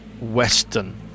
western